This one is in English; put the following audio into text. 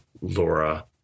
Laura